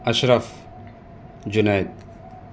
Ashraf Junaid